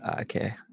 okay